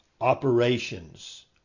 operations